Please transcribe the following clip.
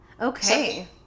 Okay